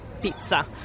pizza